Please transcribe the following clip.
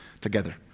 together